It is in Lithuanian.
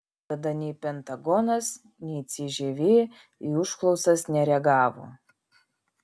tada nei pentagonas nei cžv į užklausas nereagavo